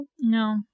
No